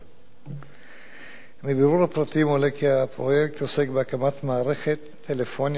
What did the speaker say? מבירור הפרטים עולה כי הפרויקט עוסק בהקמת מערכת טלפוניה חדשה ומתקדמת